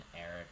Eric